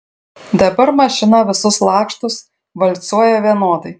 dabar mašina visus lakštus valcuoja vienodai